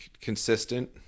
consistent